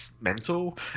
mental